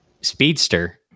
speedster